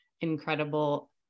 incredible